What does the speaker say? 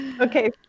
Okay